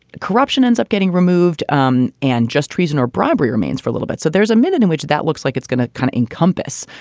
corruption ends up getting removed. um and just treason or bribery remains for a little bit. so there's a minute in which that looks like it's going to kind of encompass,